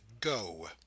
go